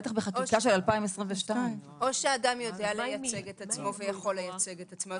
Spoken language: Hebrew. בטח בחקיקה של 2022. או שהאדם יודע לייצג את עצמו ויכול לייצג את עצמו,